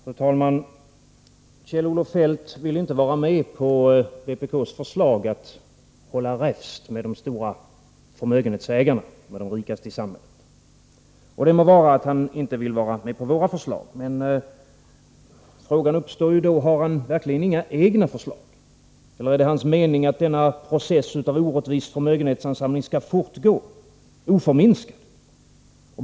Fru talman! Kjell-Olof Feldt vill inte vara med på vpk:s förslag att hålla räfst med de stora förmögenhetsägarna, med de rikaste i samhället. Det må vara att han inte vill vara med på våra förslag, men då uppstår frågorna: Har han verkligen inga egna förslag? Eller är det hans mening att denna process av orättvis förmögenhetsansamling skall fortgå oförminskad?